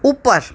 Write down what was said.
ઉપર